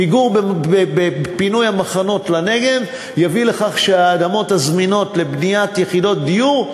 פיגור בפינוי המחנות לנגב יביא לכך שהאדמות הזמינות לבניית יחידות דיור,